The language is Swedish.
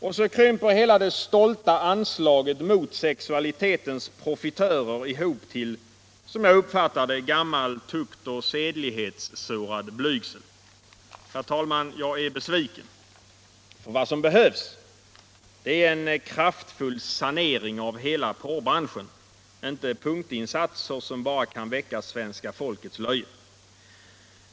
Och så krymper hela det stolta anslaget mot sexualitetens profitörer ihop till, som jag uppfattar det, en gammal tuktoch sedlighetssårad blygsel. Herr talman! Jag är besviken. Vad som behövs är en kraftfull sanering av hela porrbranschen, inte punktinsatser som bara kan väcka svenska folkets löje.